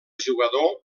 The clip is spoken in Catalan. jugador